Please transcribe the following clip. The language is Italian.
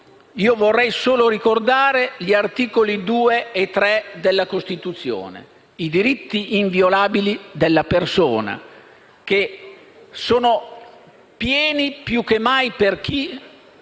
Vorrei solo ricordare gli articoli 2 e 3 della Costituzione, i diritti inviolabili della persona, che sono più che mai pieni